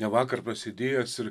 ne vakar prasidėjęs ir